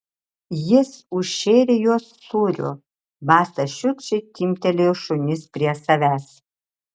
jis užšėrė juos sūriu basta šiurkščiai timptelėjo šunis prie savęs